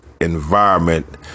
environment